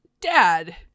dad